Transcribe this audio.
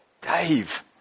Dave